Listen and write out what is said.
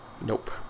Nope